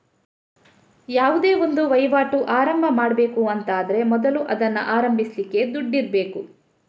ಯಾವುದೇ ಒಂದು ವೈವಾಟು ಆರಂಭ ಮಾಡ್ಬೇಕು ಅಂತ ಆದ್ರೆ ಮೊದಲು ಅದನ್ನ ಆರಂಭಿಸ್ಲಿಕ್ಕೆ ದುಡ್ಡಿರ್ಬೇಕು